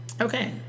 Okay